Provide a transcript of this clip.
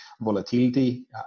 volatility